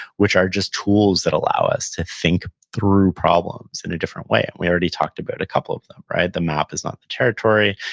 which are just tools that allow us to think through problems in a different way, and we already talked about a couple of them the map is not the territory,